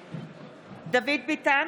(קוראת בשמות חברי הכנסת) דוד ביטן,